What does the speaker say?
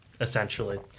essentially